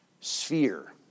sphere